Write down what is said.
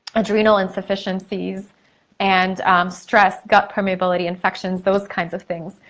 adrenal insufficiencies and stress, gut permeability infections, those kinds of things.